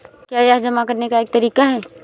क्या यह जमा करने का एक तरीका है?